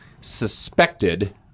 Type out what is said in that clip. suspected